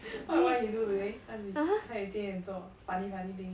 what why he do today what did 他有今天做 funny funny thing